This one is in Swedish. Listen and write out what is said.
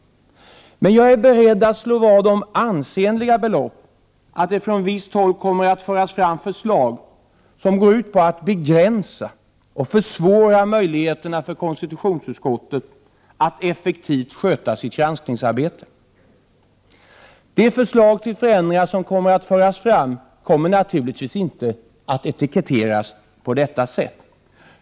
Men jag är beredd att slå vad om ansenliga belopp att det från visst håll kommer att föras fram förslag, som går ut på att begränsa och försvåra möjligheterna för konstitutionsutskottet att effektivt sköta sitt granskningsarbete. Det förslag till förändringar som kommer att framläggas kommer naturligtvis inte att etiketteras på detta sätt.